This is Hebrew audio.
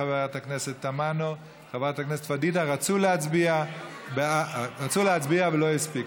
חברת הכנסת תמנו וחברת הכנסת פדידה רצו להצביע ולא הספיקו.